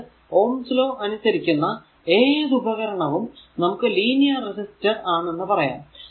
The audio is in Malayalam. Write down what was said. അതായതു ഓംസ് ലോ അനുസരിക്കുന്ന ഏതുപകരണവും നമുക്ക് ലീനിയർ റെസിസ്റ്റർ ആണെന്ന് പറയാം